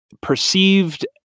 perceived